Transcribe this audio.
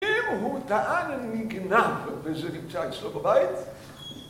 אם הוא טען לנגנב, וזה נמצא אצלו בבית.